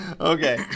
Okay